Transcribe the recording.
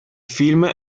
film